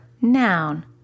noun